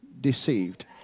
deceived